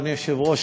אדוני היושב-ראש,